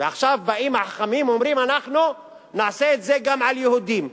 עכשיו באים החכמים ואומרים: אנחנו נחיל את זה גם על יהודים,